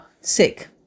sick